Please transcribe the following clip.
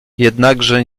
jednakże